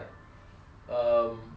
um 没有这样